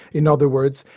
in other words,